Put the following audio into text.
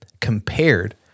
compared